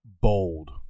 bold